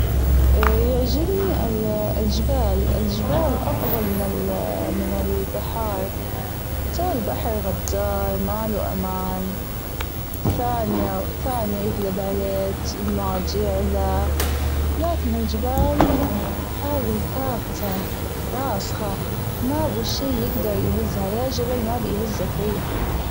يعجبني الجبال الجبال أفضل من البحار ترى البحر غدار ماله أمان ثانية بثانية يجلب عليج الموج يعلى لكن الجبال هذي ثابتة راسخة مابه شي يقدر يهزها ياجبل ما بيهزك ريح.